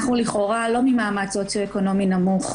אנחנו לכאורה לא ממעמד סוציו-אקונומי נמוך,